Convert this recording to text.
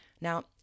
Now